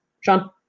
Sean